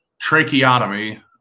Tracheotomy